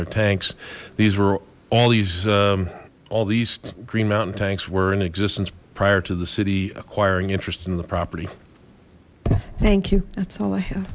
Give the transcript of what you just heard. their tanks these were all these all these green mountain tanks were in existence prior to the city acquiring interest in the property thank you that's all i have